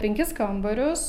penkis kambarius